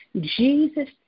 Jesus